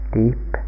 deep